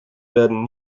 werden